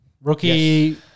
Rookie